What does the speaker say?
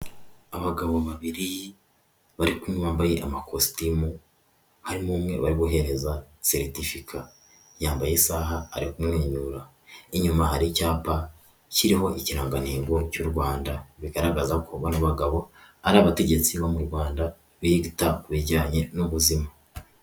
Abagabo babiri bari kumwe bambaye amakositimu harimo umwe bari guhereza seritifika yambaye isaha ari kumwenyura, inyuma hari icyapa kiriho ikirangantego cy'u Rwanda bigaragaza ko abagabo ari abategetsi bo mu Rwanda bita kubijyanye n'ubuzima.